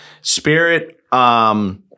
Spirit